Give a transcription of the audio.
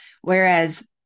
whereas